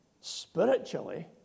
Spiritually